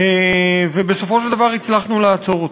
ובסופו של דבר הצלחנו לעצור אותו.